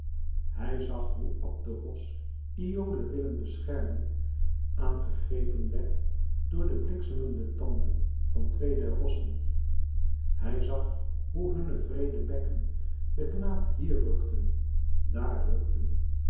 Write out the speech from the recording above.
hij zag hoe abderos iole willend beschermen aan gegrepen werd door de bliksemende tanden van twee der rossen hij zag hoe hunne wreede bekken den knaap hier rukten daar rukten